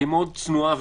מאוד צנועה.